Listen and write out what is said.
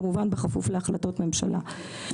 כמובן בכפוף להחלטות ממשלה.